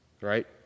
Right